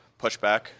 pushback